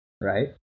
right